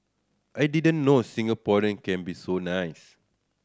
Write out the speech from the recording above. I didn't know Singaporean can be so nice